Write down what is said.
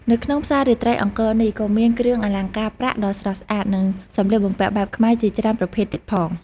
នៅក្នុងផ្សាររាត្រីអង្គរនេះក៏មាន គ្រឿងអលង្ការប្រាក់ដ៏ស្រស់ស្អាត និងសម្លៀកបំពាក់បែបខ្មែរជាច្រើនប្រភេទទៀតផង។